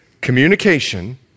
communication